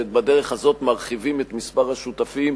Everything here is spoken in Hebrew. בדרך הזאת מרחיבים את מספר השותפים,